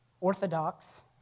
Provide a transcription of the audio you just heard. Orthodox